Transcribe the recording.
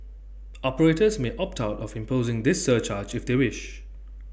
operators may opt out of imposing this surcharge if they wish